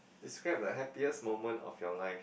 describe the happiest moment of your life